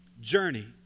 journey